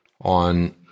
on